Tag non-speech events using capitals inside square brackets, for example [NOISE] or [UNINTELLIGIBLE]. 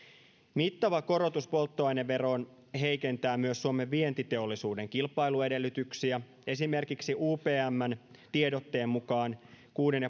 mittava korotus polttoaineveroon heikentää myös suomen vientiteollisuuden kilpailuedellytyksiä esimerkiksi upmn tiedotteen mukaan kuuden [UNINTELLIGIBLE]